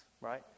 right